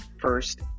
first